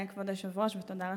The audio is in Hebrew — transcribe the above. כבוד היושב-ראש, תודה, ותודה לך,